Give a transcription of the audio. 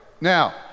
Now